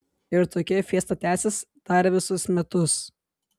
ir tokia fiesta tęsis dar visus metus